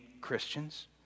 Christians